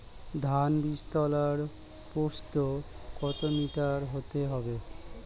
ধান বীজতলার প্রস্থ কত মিটার হতে হবে?